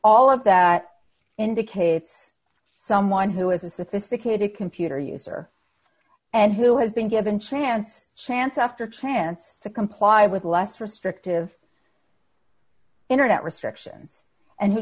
all of that indicates someone who is a sophisticated computer user and who has been given chance chance after chance to comply with less restrictive internet restrictions and he